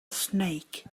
snake